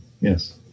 Yes